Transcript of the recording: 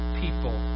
people